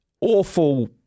awful